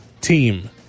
team